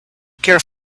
care